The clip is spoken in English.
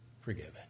forgiven